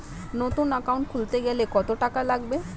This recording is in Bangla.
নতুন একাউন্ট খুলতে গেলে কত টাকা লাগবে?